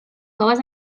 coves